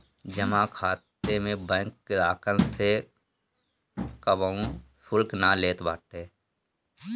जमा खाता में बैंक ग्राहकन से कवनो शुल्क ना लेत बाटे